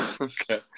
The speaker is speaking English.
Okay